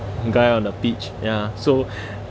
guy on the pitch ya so